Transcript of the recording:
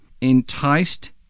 enticed